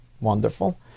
Wonderful